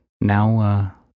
now